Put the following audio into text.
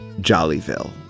Jollyville